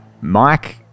Mike